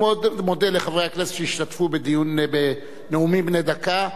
אני מאוד מודה לחברי הכנסת שהשתתפו בנאומים בני דקה.